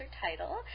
title